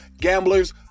Gamblers